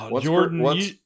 Jordan